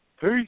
peace